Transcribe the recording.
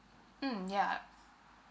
mm ya